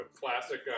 classic